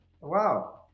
Wow